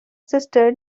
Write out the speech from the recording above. sister